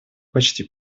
почти